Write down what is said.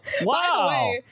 Wow